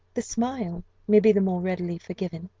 the smile may be the more readily forgiven,